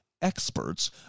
experts